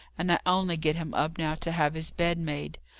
and i only get him up now to have his bed made.